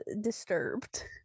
disturbed